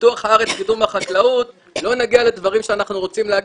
פיתוח הארץ וקידום החקלאות לא נגיע לדברים שאנחנו רוצים להגיע.